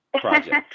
project